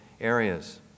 areas